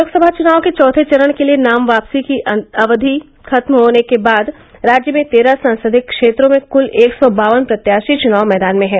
लोकसभा चुनाव के चैथे चरण के लिए नाम वापसी की अवधि खत्म होने के बाद राज्य में तेरह संसदीय क्षेत्रों में कुल एक सौ बावन प्रत्याशी चुनाव मैदान में हैं